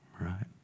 right